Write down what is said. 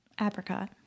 Apricot